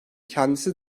kendisi